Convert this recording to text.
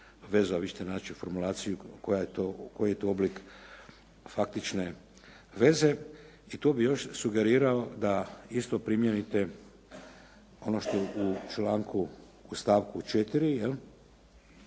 vezu, a vi ćete naći formulaciju koji je to oblik faktične veze. I tu bih još sugerirao da isto primijenite ono što u članku, u stavku 4. jel,